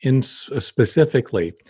specifically